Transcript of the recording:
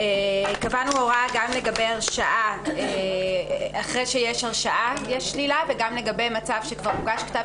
קבענו הוראה שאומרת שאחרי שיש הרשעה יש שלילה ושבמצב שכבר הוגש כתב